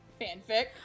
fanfic